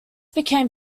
became